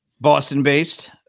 Boston-based